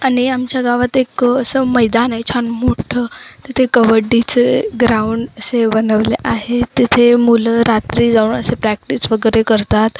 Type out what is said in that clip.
आणि आमच्या गावात एक असं मैदान आहे छान मोठं तिथे कबड्डीचे ग्राउंड असे बनवले आहे तिथे मुलं रात्री जाऊन असे प्रॅक्टिस वगैरे करतात